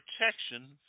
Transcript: protection